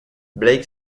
blake